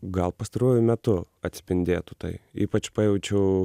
gal pastaruoju metu atspindėtų tai ypač pajaučiau